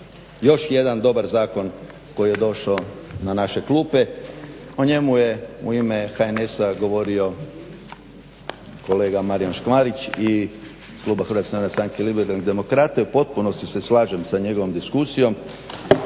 još jedan dobar zakon koji je došao na naše klupe. O njemu je u ime HNS-a govorio kolega Marijan Škvarić i u potpunosti se slažem sa njegovom diskusijom